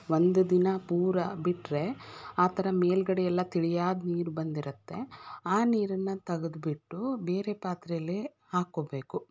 ಒಂದು ದಿನ ಪೂರಾ ಬಿಟ್ಟರೆ ಆ ಥರ ಮೇಲುಗಡೆಯೆಲ್ಲ ತಿಳಿಯಾಗಿ ನೀರು ಬಂದಿರುತ್ತೆ ಆ ನೀರನ್ನು ತೆಗೆದ್ಬಿಟ್ಟು ಬೇರೆ ಪಾತ್ರೆಯಲ್ಲೆ ಹಾಕ್ಕೋಬೇಕು